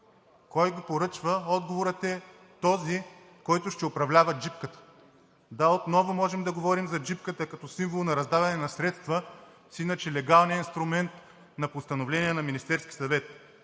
кой го поръчва? Отговорът е: този, който ще управлява джипката. Да, отново можем да говорим за джипката като символ на раздаване на средства, с иначе легалния инструмент на постановление на Министерския съвет.